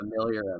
familiar